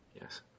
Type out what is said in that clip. Yes